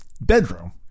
bedroom